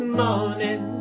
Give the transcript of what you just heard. morning